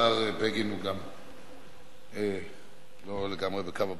השר בגין לא לגמרי בקו הבריאות,